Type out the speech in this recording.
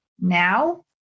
now